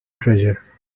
treasure